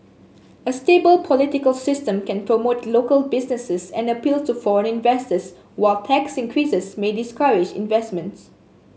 a stable political system can promote local businesses and appeal to foreign investors while tax increases may discourage investments